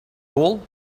all